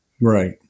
Right